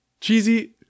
Cheesy